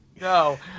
No